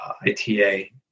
ITA